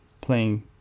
playing